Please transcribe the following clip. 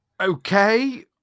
okay